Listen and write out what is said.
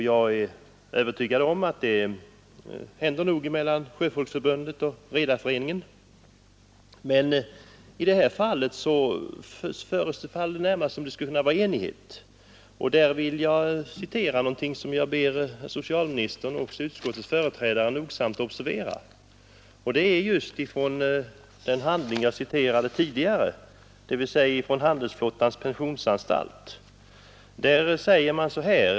Jag är övertygad om att det händer att Sjöfolksförbundet och Redareföreningen har olika uppfattningar, men i det här fallet förefaller det närmast råda enighet. Jag vill återge en del av det remissyttrande jag tidigare refererade, nämligen yttrandet från Handelsflottans pensionsanstalt, och jag ber herr socialministern och utskottets företrädare att nogsamt observera vad som anförts.